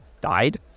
died